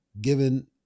given